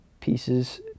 pieces